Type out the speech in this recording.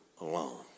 alone